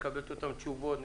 נקבל את אותן תשובות,